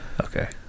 Okay